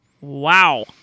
Wow